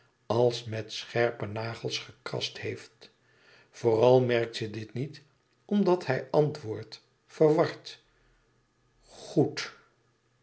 als met scherpe nagels gekratst heeft vooral merkt ze dit niet omdat hij antwoordt verward goed